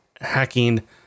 hacking